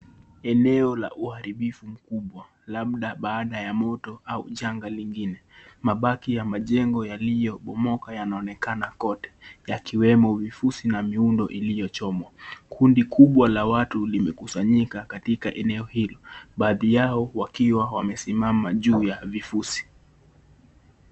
Eneo la uharibifu mkubwa labda baada ya moto au janga lingine mabaki ya majengo yaliyobomoka yanaonekana kote yakiwemo vifusi na miundo iliyochomwa kundi kubwa la watu limekusanyika katika eneo hili baadhi yao wakiwa wamesimama juu ya vifusi.